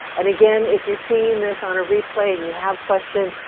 and again, if you're seeing this on a replay and you have questions,